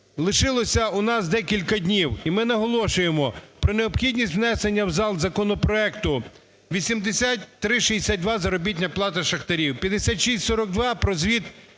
лишилося у нас декілька днів, і ми наголошуємо про необхідність внесення в зал законопроекту 8362 – заробітна плата шахтарів, 5642 – про звіт